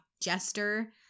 Jester